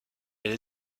elle